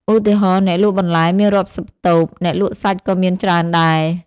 ឧទាហរណ៍ អ្នកលក់បន្លែមានរាប់សិបតូប អ្នកលក់សាច់ក៏មានច្រើនដែរ។